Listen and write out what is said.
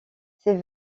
ses